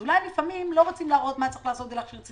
אתם לפעמים מציגים דברים כאילו מנסים להסתיר פה במחשכים.